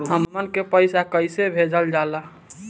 हमन के पईसा कइसे भेजल जाला?